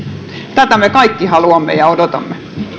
tätä me kaikki haluamme ja odotamme